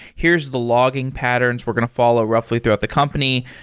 here's the logging patterns we're going to follow roughly throughout the company,